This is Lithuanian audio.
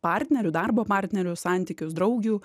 partnerių darbo partnerių santykius draugių